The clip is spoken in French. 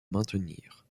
maintenir